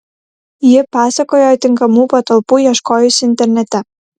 ji pasakojo tinkamų patalpų ieškojusi internete